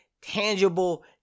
tangible